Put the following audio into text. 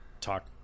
talk